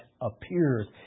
appears